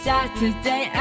Saturday